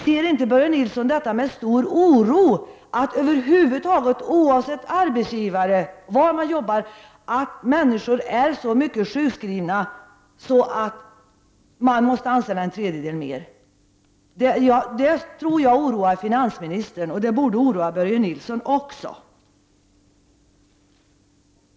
Ser inte Börje Nilsson med stor oro på att människor, oavsett var de arbetar, är så mycket sjukskrivna att man måste anställa en tredjedel fler personer? Det tror jag oroar finansministern, och det borde oroa Börje Nilsson också.